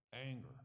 anger